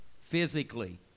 physically